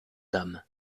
dame